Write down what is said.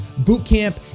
bootcamp